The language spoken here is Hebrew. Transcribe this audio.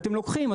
אתם לוקחים,